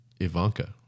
Ivanka